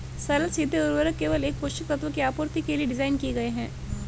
सरल सीधे उर्वरक केवल एक पोषक तत्व की आपूर्ति के लिए डिज़ाइन किए गए है